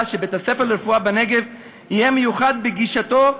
שבית-הספר לרפואה בנגב יהיה מיוחד בגישתו,